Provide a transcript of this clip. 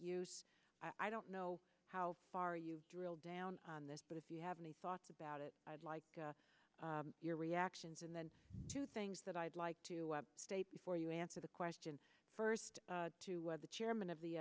use i don't know how far you drill down on this but if you have any thoughts about it i'd like your reactions and then two things that i'd like to state before you answer the question first to what the chairman of the